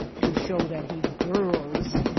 to show that he burrows.